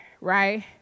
right